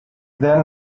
then